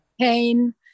pain